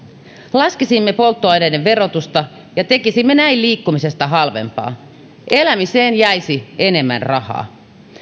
laskisimme polttoaineiden verotusta ja tekisimme näin liikkumisesta halvempaa elämiseen jäisi enemmän rahaa